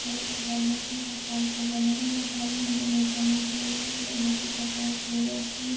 और वनों की कटाई तो वनों की कटाई हमें नहीं करनी चाहिए वनों की कटाई पेड़ों के